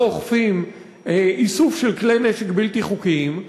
לא אוכפים איסוף של כלי-נשק בלתי חוקיים,